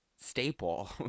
staple